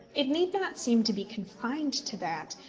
it need not seem to be confined to that,